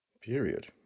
period